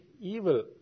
evil